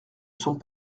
sont